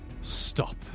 stop